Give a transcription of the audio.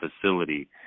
facility